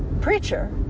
preacher